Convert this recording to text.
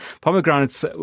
pomegranates